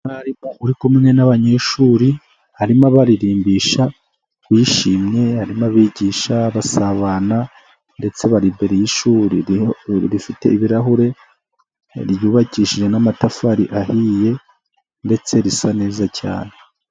Umwarimu uri kumwe n'abanyeshuri arimo abaririmbisha bishimye arimo abigisha basabana ndetse bari imbere y'ishuri rifite ibirahure ryubakishije n'amatafari ahiye ndetse risa neza cyane.